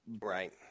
Right